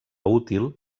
útil